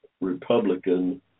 Republican